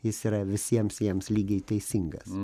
jis yra visiems jiems lygiai teisingas